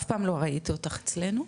אף פעם לא ראיתי אותך אצלנו.